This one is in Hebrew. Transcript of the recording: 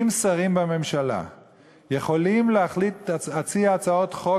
אם שרים בממשלה יכולים להציע הצעות חוק